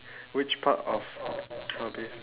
which part of hobby